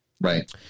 right